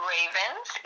Ravens